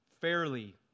fairly